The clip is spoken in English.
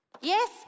Yes